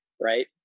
right